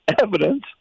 evidence